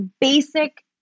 basic